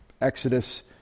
Exodus